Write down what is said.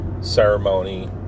ceremony